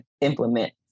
implement